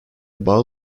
bazı